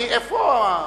רבותי,